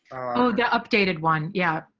oh yeah, updated one. yeah,